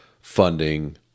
funding